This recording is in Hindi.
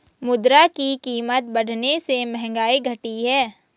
मुद्रा की कीमत बढ़ने से महंगाई घटी है